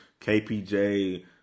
KPJ